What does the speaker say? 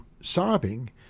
sobbing